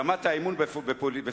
ברמת האמון בפוליטיקאים,